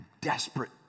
desperate